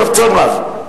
ברצון רב.